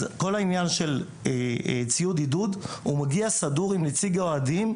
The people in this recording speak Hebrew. אז כל העניין של ציוד עידוד מגיע סדור עם נציג האוהדים,